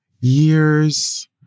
years